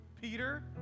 Peter